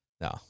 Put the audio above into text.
No